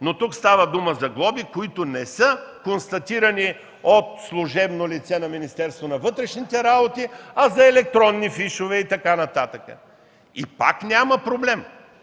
Но тук става дума за глоби, които не са констатирани от служебно лице на Министерството на вътрешните работи, а за електронни фишове и така нататък. И пак няма проблем.